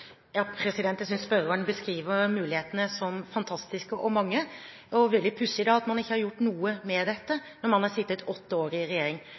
Jeg synes spørreren beskriver mulighetene som fantastiske og mange. Da er det veldig pussig at man ikke har gjort noe med dette når man har sittet åtte år i regjering.